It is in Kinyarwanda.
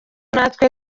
natwe